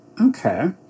Okay